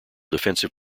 defensive